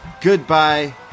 goodbye